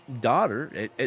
daughter